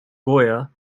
goya